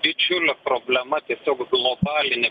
didžiulė problema tiesiog globalinė